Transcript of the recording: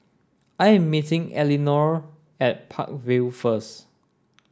I am meeting Elinore at Park Vale first